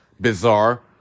bizarre